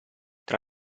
tra